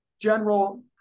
General